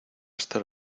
estar